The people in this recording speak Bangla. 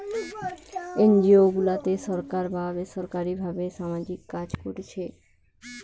এনজিও গুলাতে সরকার বা বেসরকারী ভাবে সামাজিক কাজ কোরছে